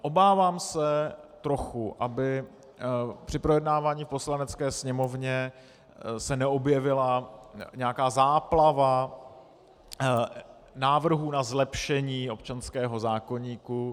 Obávám se trochu, aby se při projednávání v Poslanecké sněmovně neobjevila nějaká záplava návrhů na zlepšení občanského zákoníku.